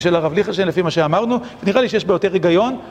של הרב ליכטנשטיין, לפי מה שאמרנו, נראה לי שיש בה יותר הגיון.